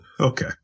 okay